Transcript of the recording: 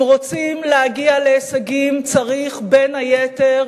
אם רוצים להגיע להישגים צריך בין היתר